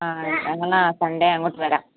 അ അ ഞങ്ങൾ എന്നാൽ സൺഡേ അങ്ങോട്ട് വരാം